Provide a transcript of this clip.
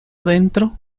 dentro